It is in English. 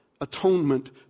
atonement